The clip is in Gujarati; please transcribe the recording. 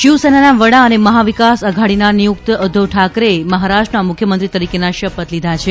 શિવસેનાના વડા અને મહાવિકાસ અઘાડીના નિયુક્ત ઉદ્ધવ ઠાકરેએ મહારાષ્ટ્રના મુખ્યમંત્રી તરીકેના શપથ લીધા છે